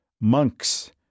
monks